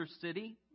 city